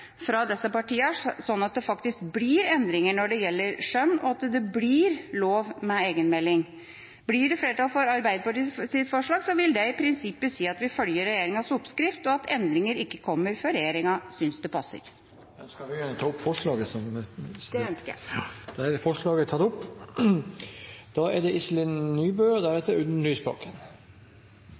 fra disse partiene, slik at det faktisk blir endringer når det gjelder skjønn, og at det blir lov til å levere egenmelding. Blir det flertall for Arbeiderpartiets forslag, vil det i prinsippet si at vi følger regjeringas oppskrift, og at endringer ikke kommer før regjeringa synes det passer. Ønsker representanten å ta opp forslag? Ja, det ønsker jeg. Jeg tar opp